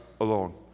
alone